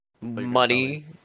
Money